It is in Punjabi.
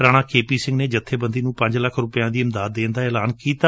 ਰਾਣਾ ਕੇ ਪੀ ਸਿੰਘ ਨੇ ਜਬੇਬੰਦੀ ਨੂੰ ਪੰਜ ਲੱਖ ਰੁਪੈ ਦੀ ਇਮਦਾਦ ਦੇਣ ਦਾ ਐਲਾਨ ਕੀਤਾ